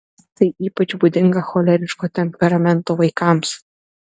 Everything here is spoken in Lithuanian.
tai ypač būdinga choleriško temperamento vaikams